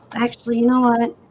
actually, you know of it